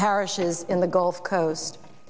parishes in the gulf coast